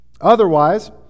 otherwise